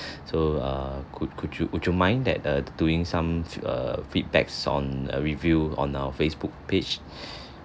so err could could you would mind that err doing some err feedbacks on a review on our facebook page